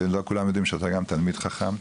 ולא כולם יודעים שאתה גם תלמיד חכם,